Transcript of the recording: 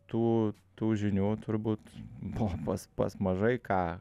tų tų žinių turbūt buvo pas pas mažai ką